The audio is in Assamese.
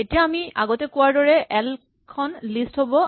এতিয়া আমি আগতে কোৱাৰ দৰে এল খন লিষ্ট হ'ব